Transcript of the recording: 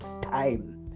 time